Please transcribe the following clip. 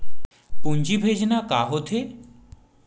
पूंजी भेजना का होथे?